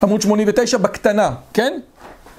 תמות 89 בקטנה, כן?